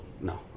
no